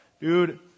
dude